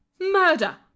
Murder